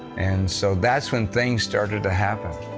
and so that's when things started to happen.